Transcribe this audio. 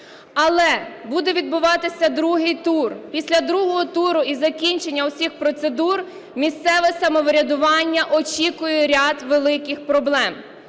Але буде відбуватися другий тур. Після другого туру і закінчення усіх процедур місцеве самоврядування очікує ряд великих проблем.